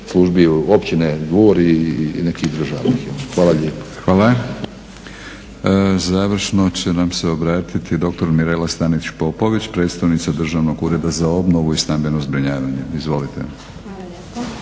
službi, Općine Dvor i nekih državnih. Hvala lijepa. **Batinić, Milorad (HNS)** Hvala. Završno će nam se obratiti Mirela Stanić-Popović, predstojnica Državnog ureda za obnovu i stambeno zbrinjavanje. Izvolite.